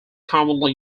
commonly